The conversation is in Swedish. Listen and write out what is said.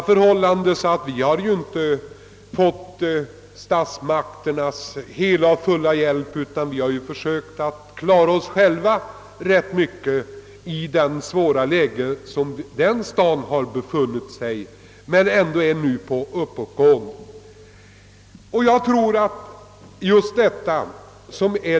Måhända har vi inte fått statsmakternas hela och fulla hjälp, utan vi har rätt mycket försökt klara oss själva i det svåra läge som staden befunnit sig i; men tendensen är nu uppåtgående.